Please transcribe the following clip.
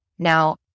Now